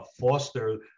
foster